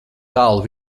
tālu